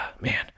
man